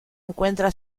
encuentra